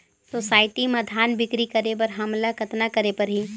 Society म धान बिक्री करे बर हमला कतना करे परही?